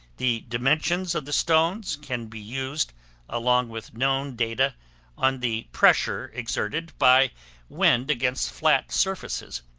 the dimensions of the stones can be used along with known data on the pressure exerted by wind against flat surfaces,